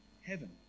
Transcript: heaven